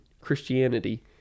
christianity